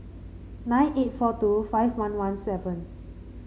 nine eight four two five one one seven